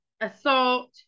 assault